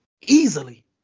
easily